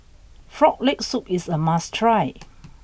frog leg soup is a must try